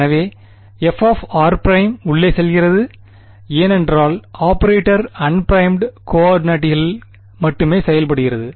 எனவே fr′ உள்ளே செல்கிறது ஏனெனில் ஆபரேட்டர் அன்பிரைமமுட் கோஆர்டினேட்டுகலில் மட்டுமே செயல்படுகிறது